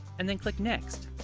and then click next.